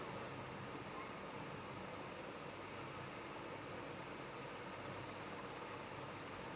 अधिकांश शोधकर्ता राल आधारित मिश्रित सामग्री के उत्पादन में डंठल फाइबर का उपयोग करते है